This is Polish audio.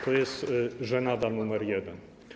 To jest żenada nr 1.